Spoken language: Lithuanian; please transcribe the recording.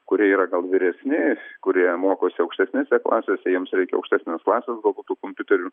kurie yra gal vyresni kurie mokosi aukštesnėse klasėse jiems reikia aukštesnės klasės galbūt tų kompiuterių